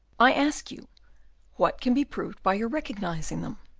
i ask you what can be proved by your recognising them?